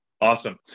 Awesome